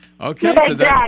Okay